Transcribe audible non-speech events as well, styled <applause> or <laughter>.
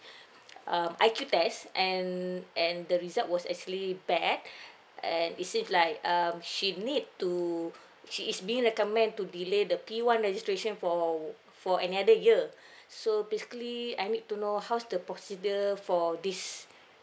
<breath> um I_Q test and and the result was actually bad <breath> and it's if like um she need to she is being recommend to delay the P one registration for for another year <breath> so basically I need to know how's the procedure for this